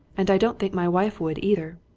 and i don't think my wife would either.